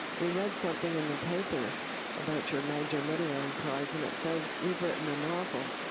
we read something in the paper about your major literary prize. and it says you've written a novel.